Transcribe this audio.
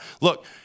look –